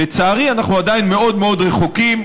לצערי אנחנו עדיין מאוד מאוד רחוקים.